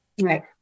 Right